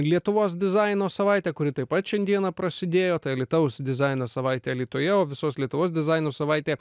lietuvos dizaino savaite kuri taip pat šiandieną prasidėjo alytaus dizaino savaitė alytuje o visos lietuvos dizaino savaitė